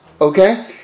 Okay